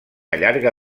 llarga